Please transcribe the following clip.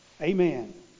Amen